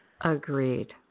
Agreed